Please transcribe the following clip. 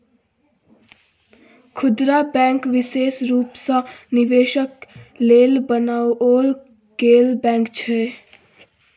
खुदरा बैंक विशेष रूप सँ निवेशक लेल बनाओल गेल बैंक छै